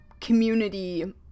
community